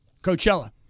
Coachella